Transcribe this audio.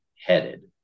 headed